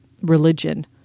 religion